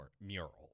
mural